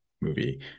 movie